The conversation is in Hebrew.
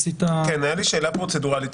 כן, הייתה לי שאלה פרוצדורלית.